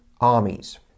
armies